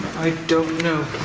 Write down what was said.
i don't know